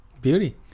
Beauty